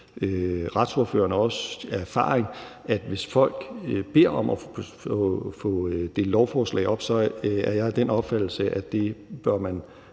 ved retsordføreren også af erfaring, at hvis folk beder om at få delt lovforslag op, så bør man gøre det, medmindre det er helt